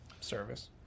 service